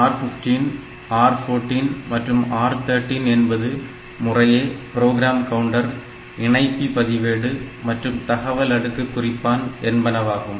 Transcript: R 15 R 14 மற்றும் R 13 என்பது முறையே ப்ரோக்ராம் கவுண்டர் இணைப்பி பதிவேடு மற்றும் தகவல் அடுக்கு குறிப்பான் என்பனவாகும்